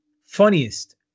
Funniest